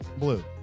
blue